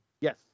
yes